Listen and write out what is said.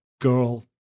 girl